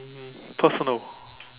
personal